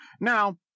Now